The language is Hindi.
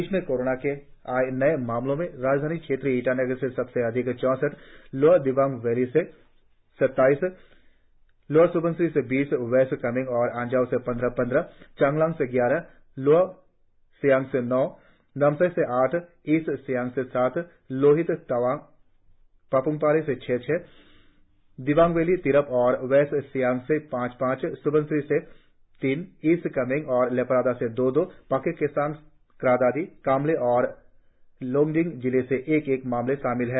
प्रदेश में कोरोना के आए नए मामलों में ईटानगर राजधानी क्षेत्र से सबसे अधिक चौसठ लोअर दिबांग वैली से सत्ताईस लोअर स्बनसिरी से बीस वेस्ट कामेंग और अंजाव से पंद्रह पंद्रह चांगलांग से ग्यारह लोअर सियांग से नौ नामसाई से आठ ईस्ट सियांग से सात लोहित तवांग पाप्मपारे से छह छह दिबांग वैली तिराप और वेस्ट सियांग से पांच पांच अपर स्बनसिरी से तीन ईस्ट कामेंग और लेपारादा से दो दो पाक्के केसांग क्रा दादी कामले और लोंगडिंग जिले से एक एक मामले शामिल है